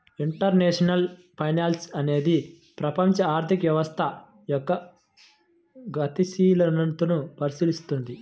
international finance అనేది ప్రపంచ ఆర్థిక వ్యవస్థ యొక్క గతిశీలతను పరిశీలిత్తది